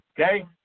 Okay